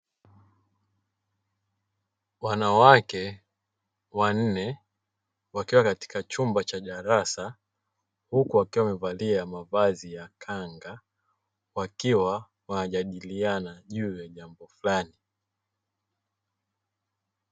Wanawake wanne wakiwa katika chumba cha darasa huku wakiwa wamevalia mavazi ya kanga, wakiwa wanajadiliana juu ya jambo fulani.